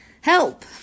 Help